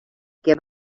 give